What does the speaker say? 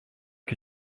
que